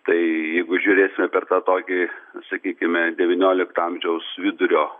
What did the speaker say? tai jeigu žiūrėsime per tą tokį sakykime devyniolikto amžiaus vidurio